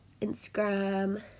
instagram